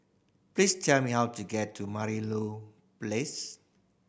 please tell me how to get to Merlimau Place